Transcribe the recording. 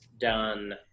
done